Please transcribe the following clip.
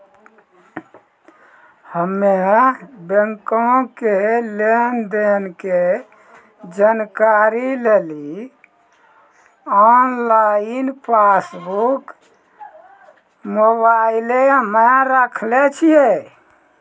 हम्मे बैंको के लेन देन के जानकारी लेली आनलाइन पासबुक मोबाइले मे राखने छिए